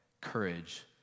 courage